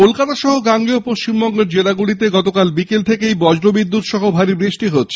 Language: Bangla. কলকাতাসহ গাঙ্গেয় পশ্চিমবঙ্গের জেলাগুলিতে গতকাল বিকেল থেকে বজ্রবিদ্যুতসহ ভারী বৃষ্টি হচ্ছে